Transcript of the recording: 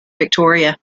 victoria